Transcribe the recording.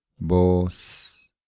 Boss